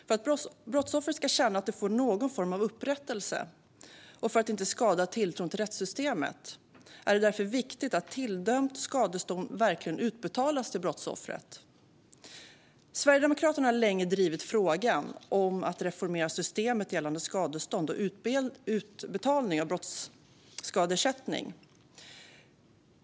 För att brottsoffer ska känna att de får någon form av upprättelse och för att inte skada tilltron till rättssystemet är det därför viktigt att tilldömt skadestånd verkligen utbetalas till brottsoffret. Sverigedemokraterna har länge drivit frågan om att reformera systemet gällande skadestånd och utbetalning av brottsskadeersättning.